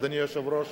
אדוני היושב-ראש,